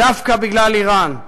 דווקא בגלל איראן,